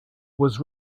was